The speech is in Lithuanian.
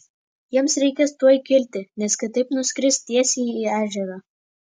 jiems reikės tuoj kilti nes kitaip nuskris tiesiai į ežerą